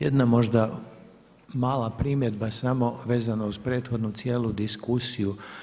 Jedna možda mala primjedba samo vezano uz prethodnu cijelu diskusiju.